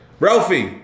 Ralphie